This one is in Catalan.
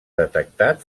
detectat